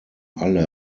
alle